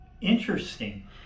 Interesting